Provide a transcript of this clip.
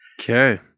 Okay